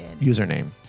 username